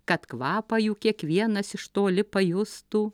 kad kvapą jų kiekvienas iš toli pajustų